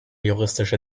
juristische